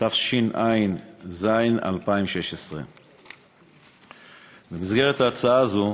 התשע"ז 2016. במסגרת הצעה זו,